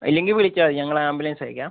ഇല്ലെങ്കിൽ വിളിച്ചാൽ മതി ഞങ്ങൾ ആംബുലൻസ് ആയക്കാം